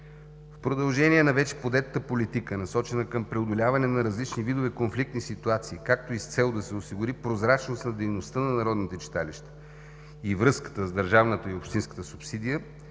В продължение на вече подетата политика, насочена към преодоляване на различни видове конфликтни ситуации, както и с цел да се осигури прозрачност на дейността на народните читалища и връзката с държавната и общинската субсидия,